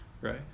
right